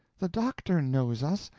the doctor knows us,